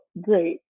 great